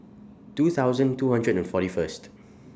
two thousand two hundred and forty First